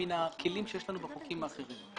מהכלים שיש לנו בחוקים אחרים.